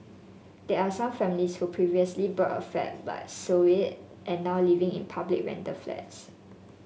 there are some families who previously bought a flat but sold it and now living in public rental flats